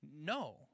No